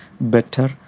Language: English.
better